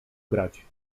grać